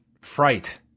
Fright